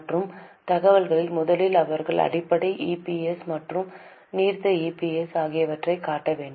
மற்ற தகவல்களில் முதலில் அவர்கள் அடிப்படை இபிஎஸ் மற்றும் நீர்த்த இபிஎஸ் ஆகியவற்றைக் காட்ட வேண்டும்